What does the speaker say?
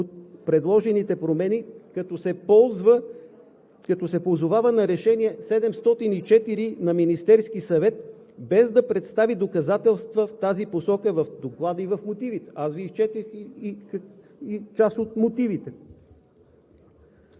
предложените промени, като се позовава на Решение № 704 на Министерския съвет без да представи доказателства в тази посока в Доклада и в мотивите – аз Ви изчетох част от мотивите.